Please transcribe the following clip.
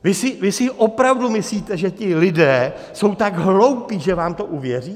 Vy si opravdu myslíte, že ti lidé jsou tak hloupí, že vám to uvěří?